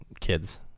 kids